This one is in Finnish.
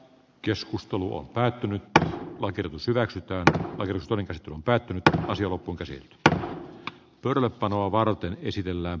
keskustelu on päätynyt walker pysyväksi työ on risto lintu on päättynyt ja asia loppuun käsi että turvepanoa varten esitellään